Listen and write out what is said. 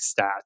stats